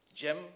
Jim